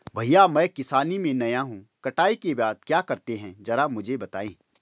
भैया मैं किसानी में नया हूं कटाई के बाद क्या करते हैं जरा मुझे बताएं?